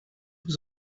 was